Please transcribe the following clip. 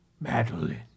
Madeline